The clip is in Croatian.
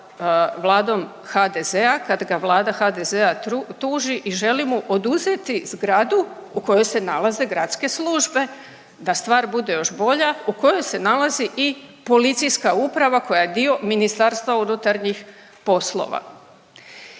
sa Vladom HDZ-a, kad ga Vlada HDZ-a tuži i želi mu oduzeti zgradu u kojoj se nalaze gradske službe. Da stvar bude još bolja u kojoj se nalazi i policijska uprava koja je dio Ministarstva unutarnjih poslova.